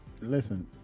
listen